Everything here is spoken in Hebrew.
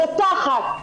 רותחת,